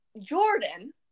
Jordan